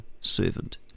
servant